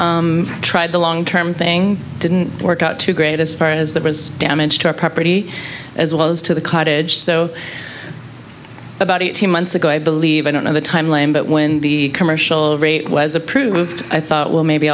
tried the long term thing didn't work out too great as far as the damage to our property as well as to the cottage so about eighteen months ago i believe i don't know the time line but when the commercial rate was approved i thought well maybe